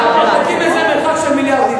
אנחנו רחוקים מזה מרחק של מיליארדים.